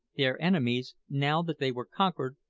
their enemies, now that they were conquered,